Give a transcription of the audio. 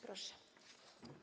Proszę.